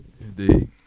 Indeed